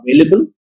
available